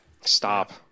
Stop